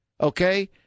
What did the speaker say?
okay